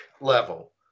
level